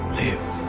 live